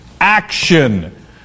action